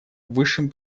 высшим